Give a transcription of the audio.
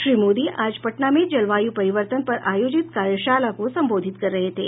श्री मोदी आज पटना में जलवायू परिवर्तन पर आयोजित कार्यशाला को संबोधित कर रहे थे